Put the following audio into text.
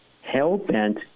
hell-bent